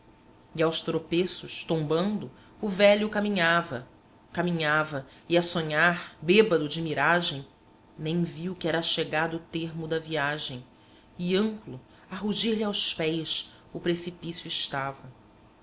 aos tropeços tombando o velho caminhava caminhava e a sonhar bêbado de miragem nem viu que era chegado o termo da viagem e amplo a rugir lhe aos pés o precipício estava